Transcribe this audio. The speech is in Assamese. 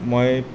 মই